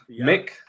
Mick